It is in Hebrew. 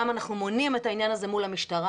אנחנו מונעים את העניין הזה מול המשטרה,